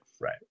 Right